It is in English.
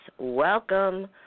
Welcome